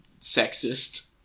sexist